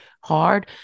hard